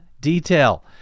detail